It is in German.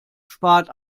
spart